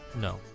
No